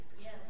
Yes